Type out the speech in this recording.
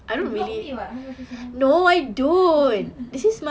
you block me [what] how am I supposed to know